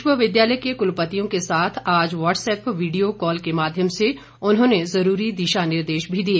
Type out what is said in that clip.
विश्वविद्यालय के कुलपतियों के साथ आज वाट्सएप वीडियो कॉल के माध्यम से उन्होंने जरूरी दिशा निर्देश भी दिए